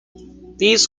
these